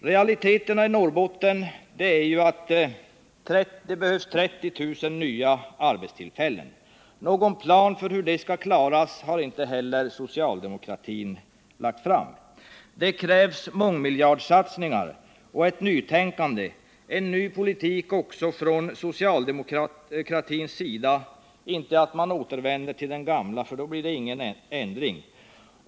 Realiteterna i Norrbotten är att det behövs 30 000 nya arbetstillfällen. Någon plan för hur det skall klaras har inte heller socialdemokratin lagt fram. Det krävs mångmiljardsatsningar och ett nytänkande, en ny politik också från socialdemokratins sida, inte att man återvänder till den gamla, för då blir det ingen ändring.